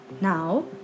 Now